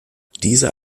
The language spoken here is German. dieser